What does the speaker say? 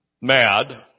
mad